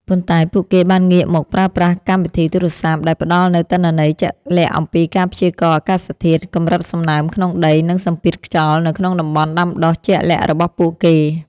ប៉ុន្តែពួកគេបានងាកមកប្រើប្រាស់កម្មវិធីទូរស័ព្ទ ដែលផ្ដល់នូវទិន្នន័យជាក់លាក់អំពីការព្យាករណ៍អាកាសធាតុ កម្រិតសំណើមក្នុងដី និងសម្ពាធខ្យល់នៅក្នុងតំបន់ដាំដុះជាក់លាក់របស់ពួកគេ។